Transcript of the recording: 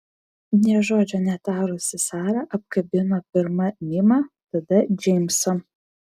nė žodžio netarusi sara apkabino pirma mimą tada džeimsą